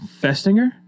Festinger